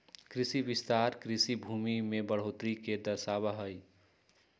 कृषि विस्तार कृषि भूमि में बढ़ोतरी के दर्शावा हई